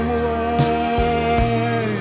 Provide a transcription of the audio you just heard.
away